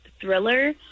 thriller